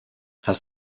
hast